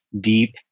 deep